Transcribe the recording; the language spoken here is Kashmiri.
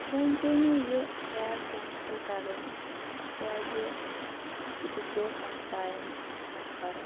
وۄنۍ پیٚیہِ مےٚ یہِ کیٚب کیٚنسٕل کَرٕنۍ تہِ کیٛازِ اَسہِ گُزریٚو ہمسایَن نَفَر